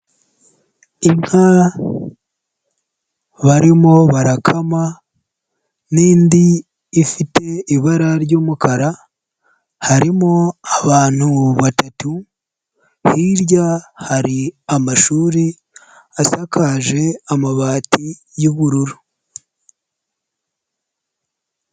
Inka barimo barakama n'indi ifite ibara ry'umukara, harimo abantu batatu, hirya hari amashuri asakaje amabati y'ubururu.